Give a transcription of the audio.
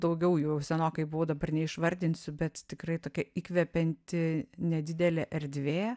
daugiau jau senokai buvo dabar neišvardinsiu bet tikrai tokia įkvepianti nedidelė erdvė